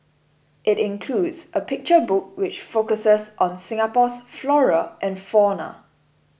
it includes a picture book which focuses on Singapore's flora and fauna